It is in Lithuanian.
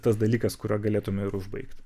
tas dalykas kuriuo galėtume ir užbaigt